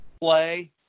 play